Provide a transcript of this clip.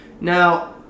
Now